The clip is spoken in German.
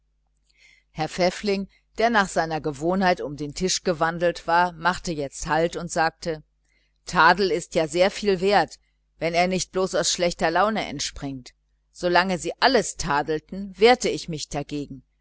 herr pfäffling der nach seiner gewohnheit um den tisch gewandelt war machte jetzt halt und sagte die kritik ist ja sehr viel wert wenn sie nicht bloß aus schlechter laune entspringt solange sie alles tadelten wehrte ich mich dagegen